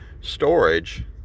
storage